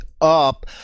Up